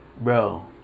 bro